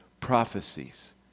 prophecies